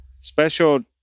special